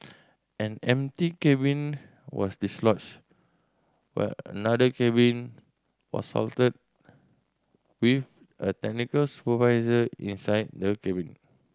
an empty cabin was dislodged while another cabin was halted with a technical supervisor inside the cabin